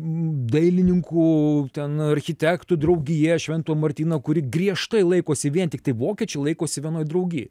dailininkų ten architektų draugija švento martyno kuri griežtai laikosi vien tiktai vokiečiai laikosi vienoj draugijoj